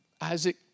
Isaac